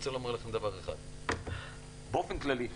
באופן כללי,